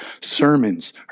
sermons